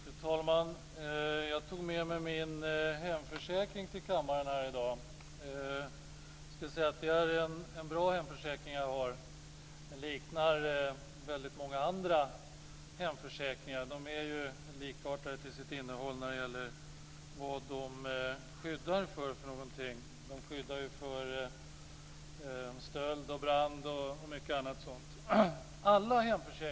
Fru talman! Jag tog med mig min hemförsäkring hit till kammaren i dag. Det är en bra hemförsäkring som liknar många andra hemförsäkringar - de är ju likartade till sitt innehåll när det gäller vad de skyddar emot. De utgör ett skydd vid stöld, brand och mycket annat.